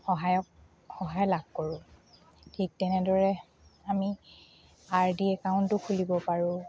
সহায়ক সহায় লাভ কৰোঁ ঠিক তেনেদৰে আমি আৰ ডি একাউণ্টো খুলিব পাৰোঁ